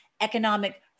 economic